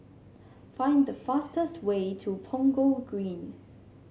find the fastest way to Punggol Green